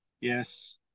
Yes